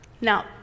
Now